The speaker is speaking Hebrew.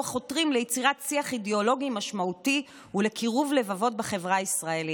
החותרים ליצירת שיח אידיאולוגי משמעותי ולקירוב לבבות בחברה הישראלית.